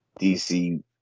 DC